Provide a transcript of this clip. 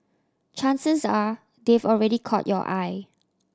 chances are they've already caught your eye